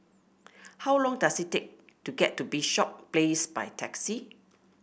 how long does it take to get to Bishop Place by taxi